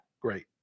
great